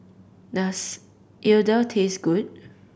does Idili taste good